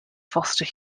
foster